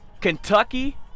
Kentucky